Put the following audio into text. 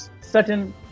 certain